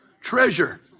Treasure